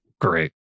great